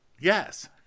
yes